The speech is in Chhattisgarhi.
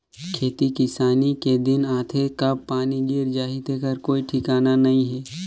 खेती किसानी के दिन आथे कब पानी गिर जाही तेखर कोई ठिकाना नइ हे